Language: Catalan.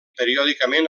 periòdicament